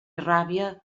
ràbia